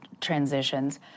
transitions